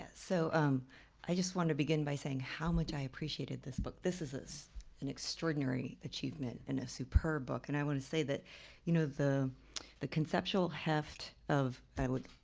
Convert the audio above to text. ah so um i just want to begin by saying how much i appreciated this book. this is is an extraordinary achievement and a superb book and i want to say that you know the the conceptual heft of i would.